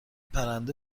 پرنده